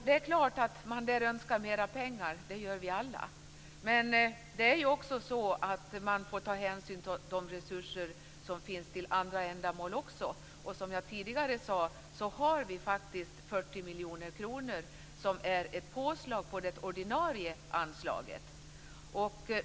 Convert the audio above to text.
Det är klart att man där önskar mer pengar - det gör vi alla - men man får också ta hänsyn till de resurser som finns till andra ändamål. Som jag tidigare sade får vi 40 miljoner kronor, som är ett påslag på det ordinarie anslaget.